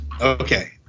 okay